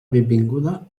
benvinguda